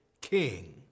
king